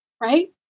right